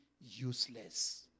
useless